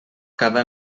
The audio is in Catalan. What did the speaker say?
cada